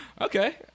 Okay